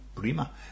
prima